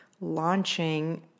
launching